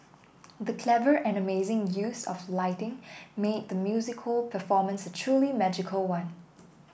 the clever and amazing use of lighting made the musical performance a truly magical one